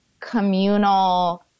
communal